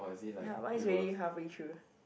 ya mine's already halfway through